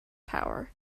power